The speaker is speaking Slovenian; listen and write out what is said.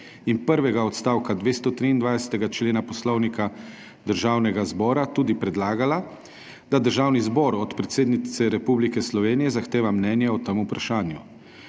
in prvega odstavka 223. člena Poslovnika Državnega zbora tudi predlagala, da Državni zbor od predsednice Republike Slovenije zahteva mnenje o tem vprašanju.